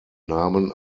namen